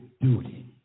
duty